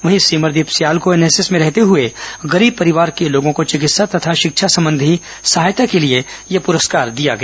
वहीं सिमरदीप स्याल को एनएसएस में रहते हुए गरीब परिवार के लोगों को चिकित्सा तथा शिक्षा संबंधी सहायता के लिए यह पुरस्कार प्रदान किया गया